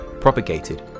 propagated